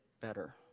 better